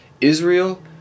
Israel